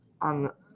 on